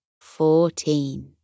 fourteen